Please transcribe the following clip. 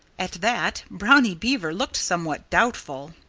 at that brownie beaver looked somewhat doubtful.